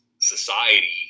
society